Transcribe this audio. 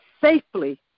safely